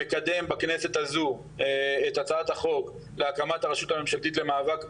מקדם בכנסת הזו את הצעת החוק להקמת הרשות הממשלתית למאבק בעוני,